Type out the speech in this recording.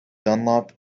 dunlop